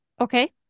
Okay